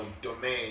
domain